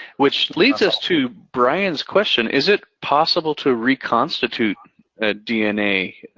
which leads us to brian's question, is it possible to reconstitute ah dna?